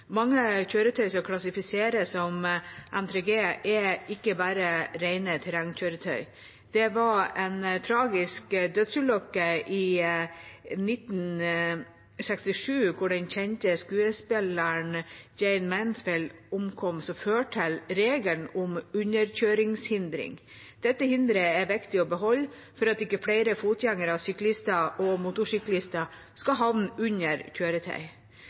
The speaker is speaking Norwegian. Mange kjøretøy som klassifiseres som N3G, er ikke bare rene terrengkjøretøy. Det var en tragisk dødsulykke i 1967, hvor den kjente skuespilleren Jayne Mansfield omkom, som førte til regelen om underkjøringshindring. Dette hinderet er viktig å beholde for at ikke flere fotgjengere, syklister og motorsyklister skal havne under kjøretøy.